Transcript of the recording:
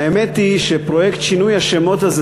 האמת היא שפרויקט שינוי השמות הזה,